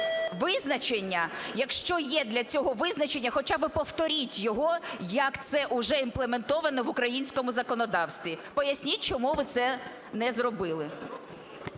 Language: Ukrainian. визначення, якщо є для цього визначення, хоча б повторіть його, як це вже імплементовано в українському законодавстві. Поясніть, чому ви це не зробили.